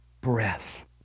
breath